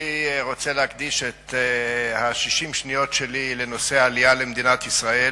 אני רוצה להקדיש את 60 השניות שלי לנושא העלייה למדינת ישראל.